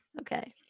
okay